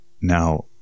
Now